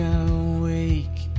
awake